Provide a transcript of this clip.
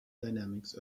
dynamics